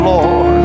Lord